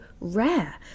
rare